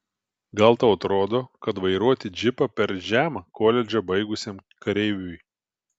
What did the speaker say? gal tau atrodo kad vairuoti džipą per žema koledžą baigusiam kareiviui